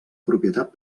propietat